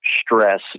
stress